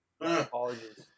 Apologies